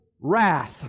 wrath